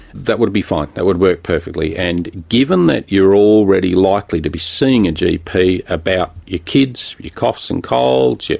that would be fine that would work perfectly. and given that you're already likely to be seeing a gp about your kids, your coughs and colds, your,